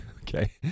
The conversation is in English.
Okay